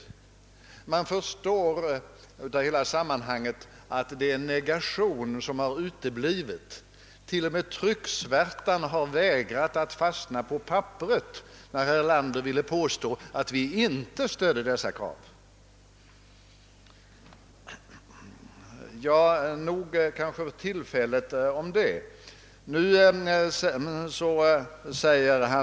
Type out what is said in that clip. Man förstår emellertid av hela sammanhanget, att det är en negation som har uteblivit. Till och med trycksvärtan har vägrat att fastna på papperet, när herr Erlander ville påstå att vi inte stödde dessa trygghetskrav. För tillfället må det vara nog sagt om det.